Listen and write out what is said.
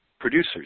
producers